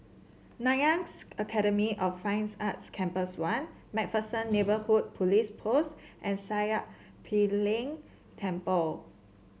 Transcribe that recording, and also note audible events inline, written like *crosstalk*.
Nanyang *unintelligible* Academy of Fine Arts Campus One MacPherson Neighbourhood Police Post and Sakya *unintelligible* Ling Temple